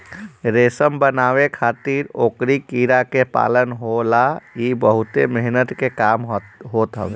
रेशम बनावे खातिर ओकरी कीड़ा के पालन होला इ बहुते मेहनत के काम होत हवे